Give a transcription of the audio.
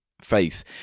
face